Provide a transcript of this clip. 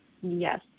Yes